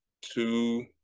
two